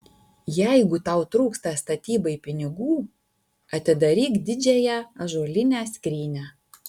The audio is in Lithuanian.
jeigu tau trūksta statybai pinigų atidaryk didžiąją ąžuolinę skrynią